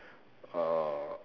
uh